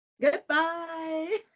Goodbye